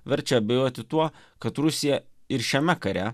verčia abejoti tuo kad rusija ir šiame kare